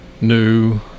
new